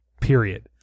Period